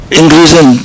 increasing